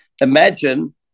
Imagine